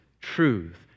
truth